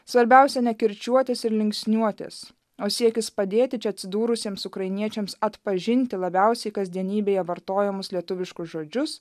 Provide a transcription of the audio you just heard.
svarbiausia ne kirčiuotės ir linksniuotės o siekis padėti čia atsidūrusiems ukrainiečiams atpažinti labiausiai kasdienybėje vartojamus lietuviškus žodžius